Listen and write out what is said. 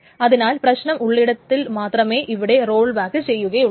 അതിനാൽ പ്രശ്നം ഉള്ളയിടത്തിൽ മാത്രമെ ഇവിടെ റോൾ ബാക്ക് ചെയ്യുകയുള്ളു